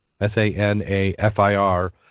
S-A-N-A-F-I-R